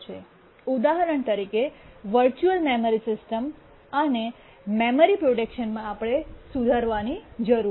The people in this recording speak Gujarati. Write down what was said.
ઉદાહરણ તરીકે વર્ચુઅલ મેમરી સિસ્ટમ અને મેમરી પ્રોટેક્શનમાં આપણે સુધારવાની જરૂર છે